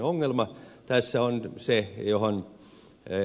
ongelma tässä on se johon ed